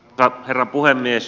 arvoisa herra puhemies